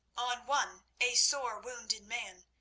on one a sore wounded man,